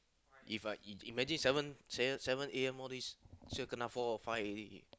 If I ima~ imagine seven seven A_M all this sure kena four or five already